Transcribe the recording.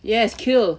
yes kill